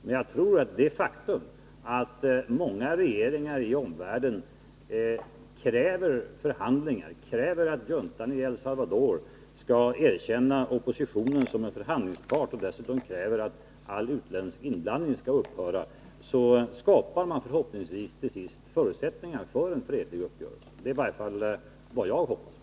Jag tror emellertid att det faktum att många regeringar i omvärlden kräver förhandlingar, kräver att juntan i El Salvador skall erkänna oppositionen som en förhandlingspart och dessutom kräver att all utländsk inblandning skall upphöra, förhoppningsvis till sist skapar förutsättningar för en fredlig uppgörelse. Det är i varje fall vad jag hoppas på.